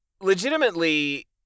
legitimately